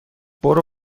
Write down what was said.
برو